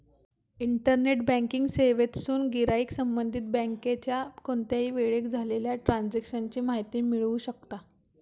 internet banking सेवेतसून गिराईक संबंधित बँकेच्या कोणत्याही वेळेक झालेल्या ट्रांजेक्शन ची माहिती मिळवू शकता